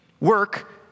work